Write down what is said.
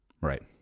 Right